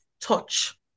touch